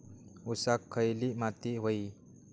ऊसाक खयली माती व्हयी?